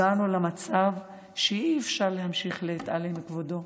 הגענו למצב שאי-אפשר להמשיך להתעלם, כבודו.